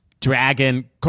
Dragon